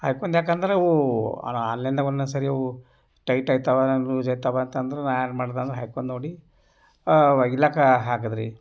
ಹೈಕೊಂಡ ಯಾಕಂದರೆ ಅವು ಅಲ್ಲಿಂದ ಒಂದೊಂದು ಸಾರಿ ಅವು ಟೈಟ್ ಆಯ್ತವ ಇಲ್ಲ ಲೂಸ್ ಆಯ್ತವ ಅಂತಂದ್ರೆ ನಾನು ಏನು ಮಾಡಿದೆ ಅಂದರೆ ಹೈಕೊಂಡ ನೋಡಿ ಒಗಿಲಕ ಹಾಕಿದ್ರಿ